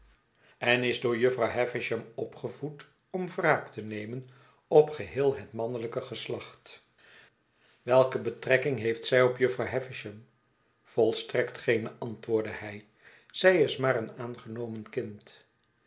en is door jufvrouw havisham opgevoed om wraak te nemen op geheel het raannelijke geslacht welke betrekking heeft zij op jufvrouw havisham volstrekt geene antwoordde hij zij is maar een aangenomen kind